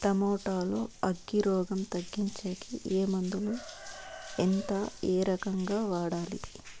Tomato లో అగ్గి రోగం తగ్గించేకి ఏ మందులు? ఎంత? ఏ రకంగా వాడాలి?